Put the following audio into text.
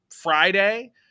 Friday